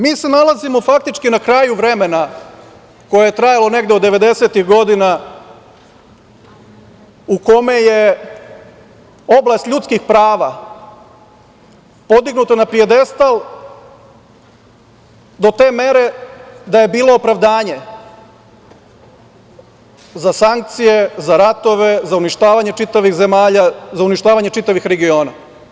Mi se nalazimo, faktički, na kraju vremena koje je trajalo negde od devedesetih godina, u kome je oblast ljudskih prava podignuta na pijedestal do te mere da je bilo opravdanje za sankcije, za ratove, za uništavanje čitavih zemalja, za uništavanje čitavih regiona.